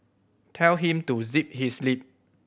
tell him to zip his lip